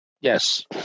Yes